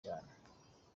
cyane